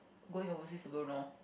going overseas I don't know